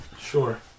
Sure